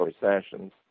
recessions